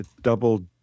double